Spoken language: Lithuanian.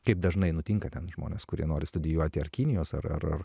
kaip dažnai nutinka ten žmonės kurie nori studijuoti ar kinijos ar ar